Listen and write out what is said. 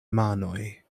manoj